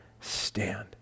stand